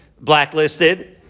blacklisted